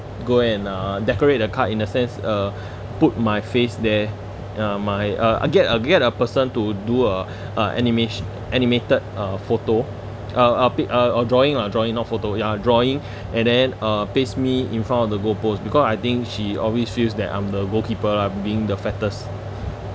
go and uh decorate the card in a sense uh put my face there uh my uh get a get a person to do a a animation animated uh photo a a pic~ uh or drawing lah drawing not photo ya drawing and then uh paste me in front of the goal post because I think she always feels that I'm the goalkeeper lah being the fattest